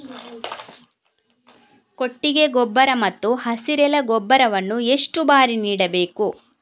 ಕೊಟ್ಟಿಗೆ ಗೊಬ್ಬರ ಮತ್ತು ಹಸಿರೆಲೆ ಗೊಬ್ಬರವನ್ನು ಎಷ್ಟು ಬಾರಿ ನೀಡಬೇಕು?